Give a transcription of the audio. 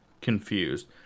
confused